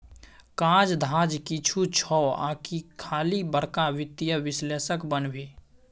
काज धाज किछु छौ आकि खाली बड़का वित्तीय विश्लेषक बनभी